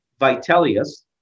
Vitellius